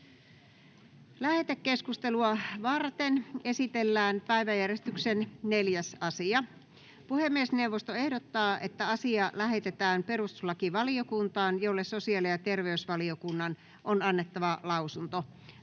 Lähetekeskustelua varten esitellään päiväjärjestyksen 4. asia. Puhemiesneuvosto ehdottaa, että asia lähetetään perustuslakivaliokuntaan, jolle sosiaali- ja terveysvaliokunnan on annettava lausunto.